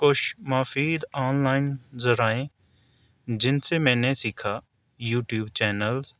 کچھ معافید online ذرائع جن سے میں نے سیکھا یوٹیوب چینلز